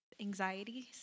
anxieties